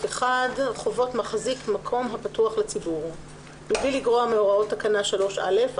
חובות מחזיק מקום הפתוח לציבור 3א1. (א)מבלי לגרוע מהוראות תקנה 3א,